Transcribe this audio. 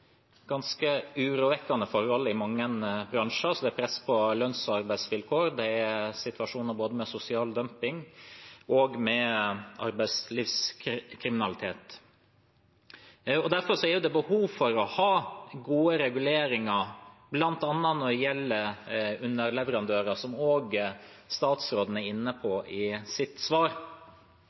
mange bransjer: Det er press på lønns- og arbeidsvilkår, og det er situasjoner både med sosial dumping og med arbeidslivskriminalitet. Derfor er det behov for å ha gode reguleringer, bl.a. når det gjelder underleverandører, som også statsråden er inne på i sitt svar.